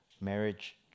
Marriage